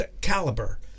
caliber